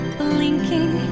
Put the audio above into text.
blinking